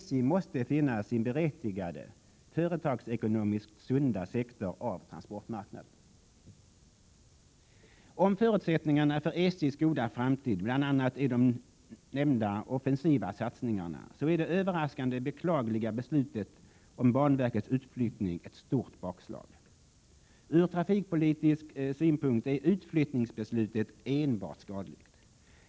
SJ måste finna sin berättigade, företagsekonomiskt sunda sektor av transportmarknaden. Om förutsättningarna för SJ:s framtid, bl.a. i de nämnda offensiva satsningarna, är goda så är det överraskande och beklagliga beslutet om banverkets utflyttning ett stort bakslag. Ur trafikpolitisk synpunkt är utflyttningsbeslutet enbart skadligt.